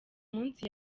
munsi